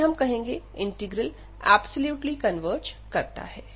जिसे हम कहेंगे इंटीग्रल ऐप्सोल्युटली कन्वर्ज करता है